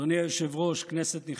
אדוני היושב-ראש, כנסת נכבדה,